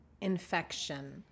infection